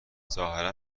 ظاهرا